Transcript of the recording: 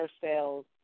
sales